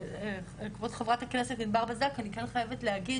כבוד חה"כ ענבר בזק, אני כן חייבת להגיד